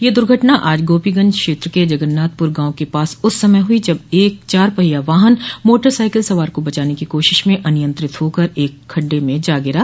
यह दुर्घटना आज गोपीगंज क्षेत्र के जगन्नाथपुर गांव के पास उस समय हुई जब एक चार पहिया वाहन मोटरसाइकिल सवार को बचाने की कोशिश में अनियंत्रित होकर एक खड्ड में जा गिरा